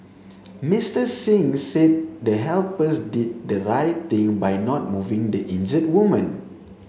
Mister Singh said the helpers did the right thing by not moving the injured woman